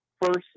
First